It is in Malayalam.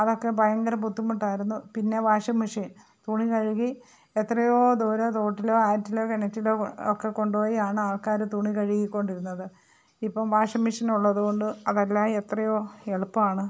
അതൊക്കെ ഭയങ്കര ബുദ്ധിമുട്ടായിരുന്നു പിന്നെ വാഷിങ്ങ് മെഷീൻ തുണി കഴുകി എത്രയോ ദൂരെ തോട്ടിലോ ആറ്റിലോ കിണറ്റിലോ ഒക്കെ കൊണ്ടുപോയി ആണ് ആൾക്കാർ തുണി കഴുകിക്കൊണ്ടിരുന്നത് ഇപ്പം വാഷിങ്ങ് മെഷീൻ ഉള്ളതുകൊണ്ട് അതെല്ലാം എത്രയോ എളുപ്പമാണ്